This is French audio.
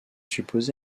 supposé